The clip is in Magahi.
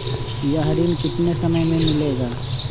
यह ऋण कितने समय मे मिलेगा?